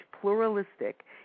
pluralistic